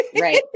Right